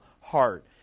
heart